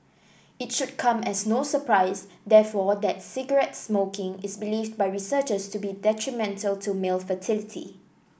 it should come as no surprise therefore that's cigarette smoking is believed by researchers to be detrimental to male fertility